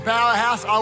Powerhouse